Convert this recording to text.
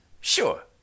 Sure